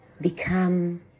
become